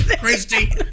Christy